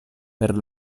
per